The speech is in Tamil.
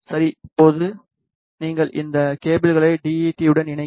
இப்போது நீங்கள் இந்த கேபிள்களை டி யு டி உடன் இணைக்கிறீர்கள்